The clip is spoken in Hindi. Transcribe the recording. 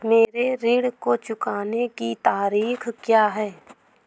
मेरे ऋण को चुकाने की तारीख़ क्या है?